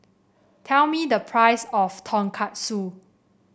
tell me the price of Tonkatsu